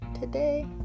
Today